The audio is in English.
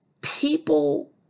people